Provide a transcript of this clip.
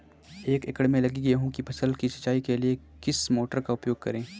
एक एकड़ में लगी गेहूँ की फसल की सिंचाई के लिए किस मोटर का उपयोग करें?